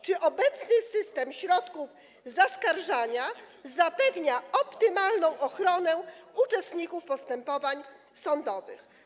Czy obecny system środków zaskarżania zapewnia optymalną ochronę uczestników postępowań sądowych?